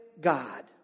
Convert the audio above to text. God